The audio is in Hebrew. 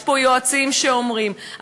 יש פה יועצים שאומרים,